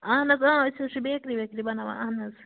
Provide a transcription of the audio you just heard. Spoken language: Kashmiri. اَہَن حَظ أسۍ حظ چھِ بیکری ویکری بناوان اَہَن حظ